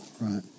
Right